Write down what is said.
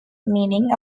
meaning